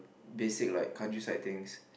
basic like countryside things